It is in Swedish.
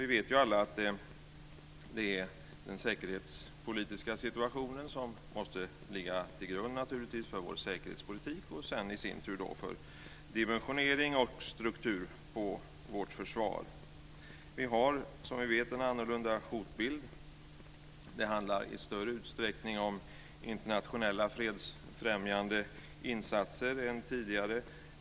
Vi vet alla att det är den säkerhetspolitiska situationen som måste ligga till grund för vår säkerhetspolitik och sedan i sin tur för dimensionering och struktur på vårt försvar. Vi har, som alla vet, en annorlunda hotbild. Det handlar i större utsträckning om internationella fredsfrämjande insatser än tidigare.